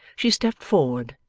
she stepped forward,